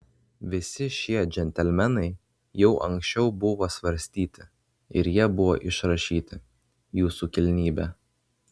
visi šie džentelmenai jau anksčiau buvo svarstyti ir jie buvo išrašyti jūsų kilnybe